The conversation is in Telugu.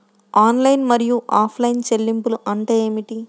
ఆన్లైన్ మరియు ఆఫ్లైన్ చెల్లింపులు అంటే ఏమిటి?